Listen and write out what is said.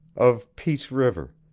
of peace river,